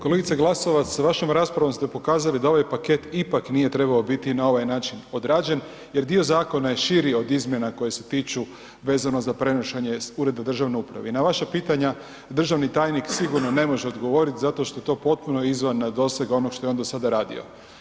Kolegice Glasovac, vašom raspravom ste pokazali da ovaj paket ipak nije trebao biti na ovaj način odrađen jer dio zakona je širi od izmjena koje se tiču vezano za prenošenje ureda državne uprave i na vaša pitanja državni tajnik sigurno ne može odgovoriti zato što je to potpuno izvan dosega onog što je on dosada radio.